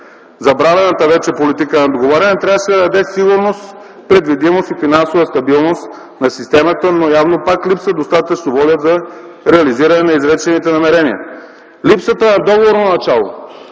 Забравената вече политика на договаряне трябваше да даде сигурност, предвидимост и финансова стабилност на системата, но явно пак липсва достатъчно воля за реализиране на изречените намерения. Липсата на договорно начало